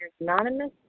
Anonymous